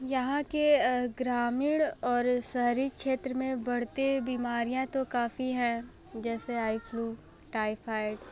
यहाँ के ग्रामीण और शहरी क्षेत्र में बढ़ते बीमारियाँ तो काफ़ी हैं जैसे आई फ्लू टाइफाइड